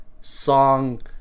Song